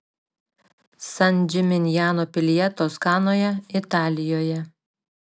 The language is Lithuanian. san džiminjano pilyje toskanoje italijoje